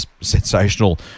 sensational